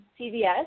CVS